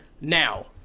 Now